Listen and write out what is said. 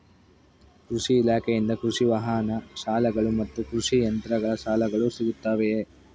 ಕೃಷಿ ಇಲಾಖೆಯಿಂದ ಕೃಷಿ ವಾಹನ ಸಾಲಗಳು ಮತ್ತು ಕೃಷಿ ಯಂತ್ರಗಳ ಸಾಲಗಳು ಸಿಗುತ್ತವೆಯೆ?